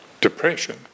depression